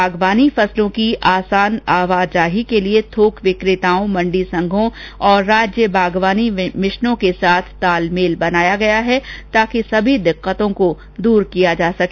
बागवानी फसलों की आसान आवाजाही के लिए थोक विक्रेताओं मंडी संघों और राज्य बागवानी मिशनों के साथ तालमेल बनाया गया है ताकि सभी दिक्कतों को दूर किया जा सके